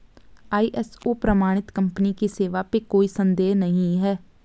ISO प्रमाणित company की सेवा पे कोई संदेह नहीं है